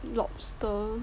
lobster